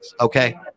Okay